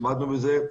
עמדנו בזה.